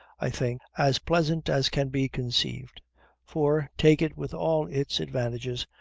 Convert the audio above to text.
i think, as pleasant as can be conceived for, take it with all its advantages,